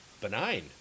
benign